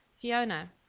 Fiona